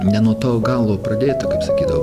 ne nuo to galo pradėta kaip sakydavo